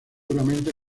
duramente